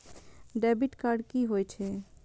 Debit card की होय छेय?